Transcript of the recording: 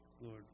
Lord